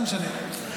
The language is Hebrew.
לא משנה.